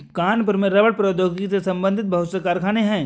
कानपुर में रबड़ प्रौद्योगिकी से संबंधित बहुत से कारखाने है